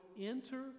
enter